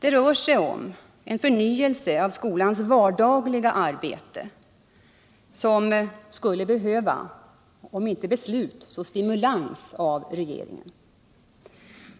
Det handlar om en förnyelse av skolans vardagliga arbete, vilket skulle behöva om inte beslut så åtminstone stimulans från regeringen.